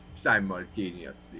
simultaneously